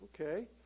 okay